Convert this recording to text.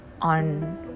on